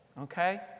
Okay